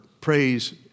praise